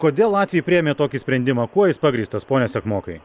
kodėl latviai priėmė tokį sprendimą kuo jis pagrįstas pone sekmokai